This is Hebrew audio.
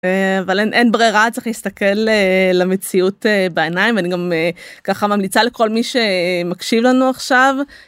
אה... אבל אין, אין ברירה צריך להסתכל אה... למציאות אה... בעיניים אני גם... אה... ככה ממליצה לכל מי ש... מקשיב לנו עכשיו...